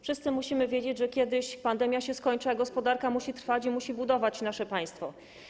Wszyscy musimy wiedzieć, że kiedyś pandemia się skończy, a gospodarka musi trwać i musi budować nasze państwo.